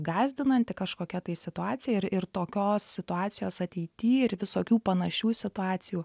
gąsdinanti kažkokia tai situacija ir ir tokios situacijos ateity ir visokių panašių situacijų